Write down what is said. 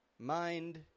Mind